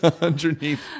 underneath